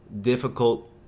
difficult